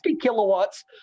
kilowatts